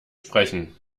sprechen